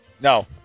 no